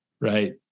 right